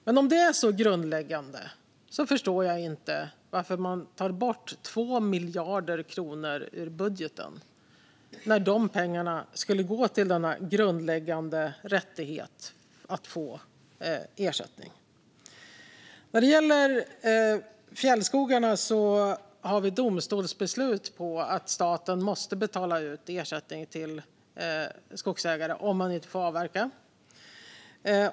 Men om det är så grundläggande förstår jag inte varför man tar bort 2 miljarder kronor ur budgeten när dessa pengar skulle gå till denna grundläggande rättighet att få ersättning. När det gäller fjällskogarna har vi domstolsbeslut på att staten måste betala ut ersättning till skogsägare om de inte får avverka.